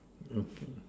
okay